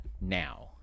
now